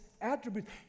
Attributes